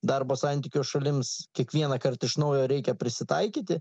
darbo santykių šalims kiekvienąkart iš naujo reikia prisitaikyti